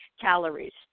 calories